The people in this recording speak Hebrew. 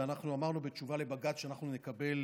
ואנחנו אמרנו בתשובה לבג"ץ שאנחנו נקבל